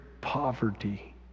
poverty